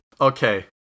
Okay